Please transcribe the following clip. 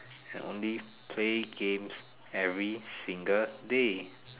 only play games every single day